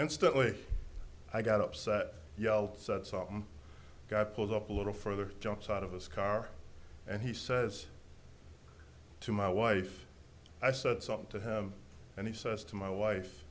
instantly i got upset yelled saw him got pulled up a little further jumps out of his car and he says to my wife i said something to him and he says to my wife